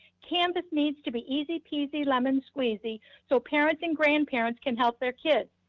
canvas needs to be easy peasy lemon squeezy so parents and grandparents can help their kids.